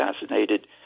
assassinated